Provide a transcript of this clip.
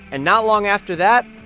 and not long after that,